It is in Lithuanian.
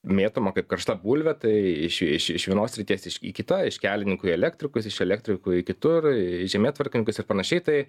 mėtoma kaip karšta bulvė tai iš iš iš vienos srities į kitą iš kelininkų į elektrikus iš elektrikų į kitur į žemėtvarkininkus ir panašiai tai